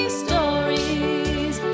stories